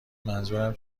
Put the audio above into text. منظورم